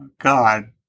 God